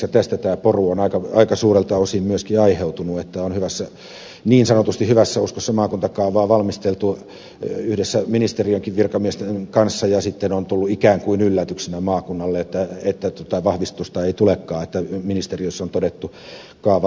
tästä tämä poru on aika suurelta osin myöskin aiheutunut että on niin sanotusti hyvässä uskossa maakuntakaavaa valmisteltu yhdessä ministeriönkin virkamiesten kanssa ja sitten on tullut ikään kuin yllätyksenä maakunnalle että vahvistusta ei tulekaan että ministeriössä on todettu kaava lainvastaiseksi